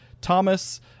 thomas